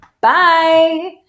Bye